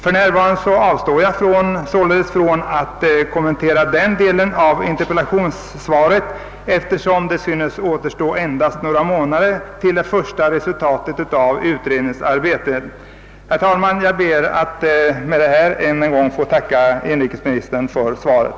För närvarande avstår jag således från att kommentera den delen av interpellationssvaret, eftersom det synes återstå endast några månader till dess det första resultatet av utredningsarbetet redovisas. Herr talman! Med detta ber jag att än en gång få tacka inrikesministern för svaret.